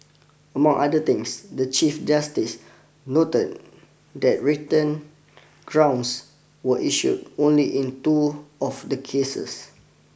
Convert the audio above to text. among other things the Chief Justice noted that written grounds were issued only in two of the cases